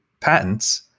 patents